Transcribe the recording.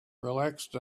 relaxed